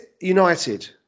United